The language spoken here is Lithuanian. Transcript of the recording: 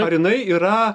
ar jinai yra